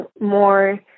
more